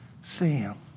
Sam